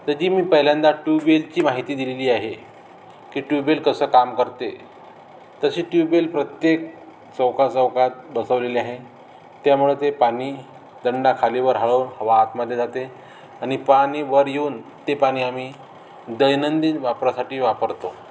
तर ती मी पहिल्यांदा ट्यूबवेलची माहिती दिलेली आहे की ट्यूबवेल कसं काम करते तशी ट्यूबवेल प्रत्येक चौकाचौकात बसवलेली आहे त्यामुळं ते पाणी दंडा खालीवर हळू हवा आतमध्ये जाते आणि पाणी वर येऊन ते पाणी आम्ही दैनंदिन वापरासाठी वापरतो